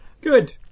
Good